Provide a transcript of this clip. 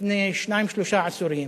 לפני שניים-שלושה עשורים,